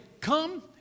Come